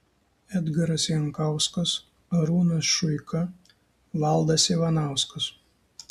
edgaras jankauskas arūnas šuika valdas ivanauskas